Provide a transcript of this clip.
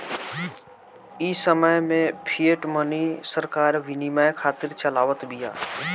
इ समय में फ़िएट मनी सरकार विनिमय खातिर चलावत बिया